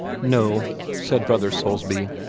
no, said brother soulsby,